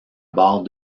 barre